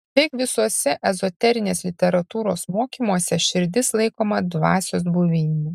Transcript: beveik visuose ezoterinės literatūros mokymuose širdis laikoma dvasios buveine